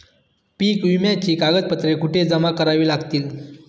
पीक विम्याची कागदपत्रे कुठे जमा करावी लागतील?